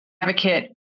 advocate